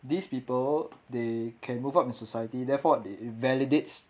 these people they can move up in society therefore they invalidates